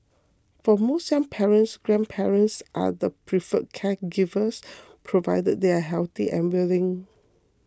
for most young parents grandparents are the preferred caregivers provided they are healthy and willing